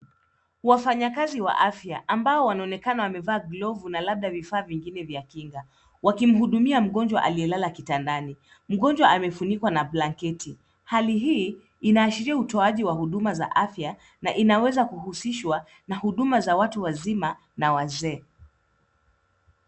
Wafanyikazi wa afya ambao wanaonekana wamevaa glavu na labda vifaa vingine vya kinga wakimhudumia mgonjwa aliyelala kitandani. Mgonjwa amefunikwa na blanketi. Hali hii inaashiria utoaji wa huduma za afya na inaweza kuhusishwa na huduma za watu wazima na wazee.